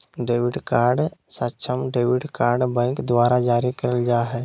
debit card सक्षम debit card bank द्वारा जारी करल जा हइ